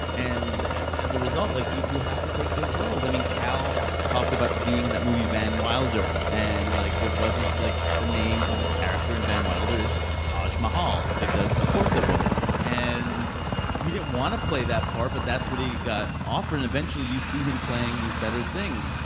and as a result, like, you you had to take those roles. i mean, kal talked about being in that movie van wilder. and, like, it wasn't like, the name of his character in van wilder is taj mahal. ay ah. because of course it was and he didn't want to play that part, but that's what he got offered. and eventually, you see him playing these better things.